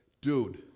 dude